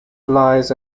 lies